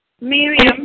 Miriam